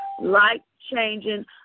life-changing